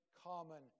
common